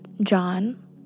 John